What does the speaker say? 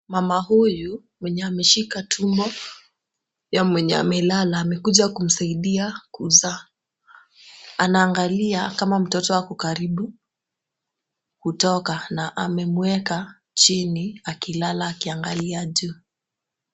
Mama huyu mwenye ameshika tumbo ya mwenye amelala amekuja kumsaidia kuzaa .Anaangalia kama mtoto ako karibu kutoka na amemweka chini akilala akiangalia juu.